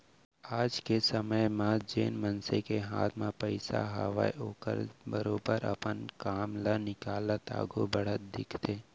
आज के समे म जेन मनसे के हाथ म पइसा हावय ओहर बरोबर अपन काम ल निकालत आघू बढ़त दिखथे